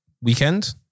weekend